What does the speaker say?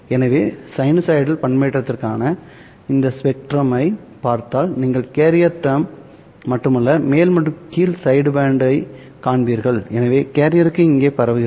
எனவே சைனூசாய்டல் பண்பேற்றத்திற்கான இதன் ஸ்பெக்ட்ரமைப் பார்த்தால் நீங்கள் கேரியர் டெர்ம் மட்டுமல்ல மேல் மற்றும் கீழ் சைடுபேண்டு ஐ காண்பீர்கள் எனவே கேரியரும் இங்கே பரவுகிறது